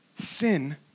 sin